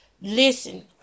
Listen